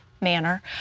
Manner